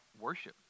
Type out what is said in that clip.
worship